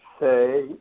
say